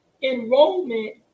enrollment